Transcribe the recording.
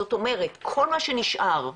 זאת אומרת כל מה שנשאר,